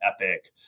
Epic